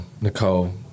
Nicole